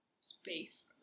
space